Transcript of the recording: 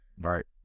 right